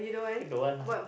don't want lah